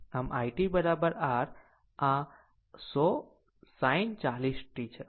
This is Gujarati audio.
આમ i t r આ 100 sin 40 t છે